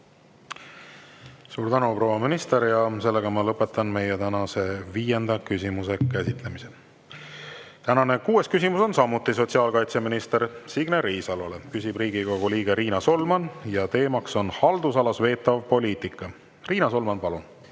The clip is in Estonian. Suur tänu, proua minister! Lõpetan tänase viienda küsimuse käsitlemise. Tänane kuues küsimus on samuti sotsiaalkaitseminister Signe Riisalole, küsib Riigikogu liige Riina Solman ja teema on haldusalas veetav poliitika. Riina Solman, palun!